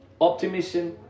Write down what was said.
optimism